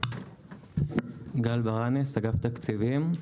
גל ברנס, אגף תקציבים.